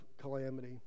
calamity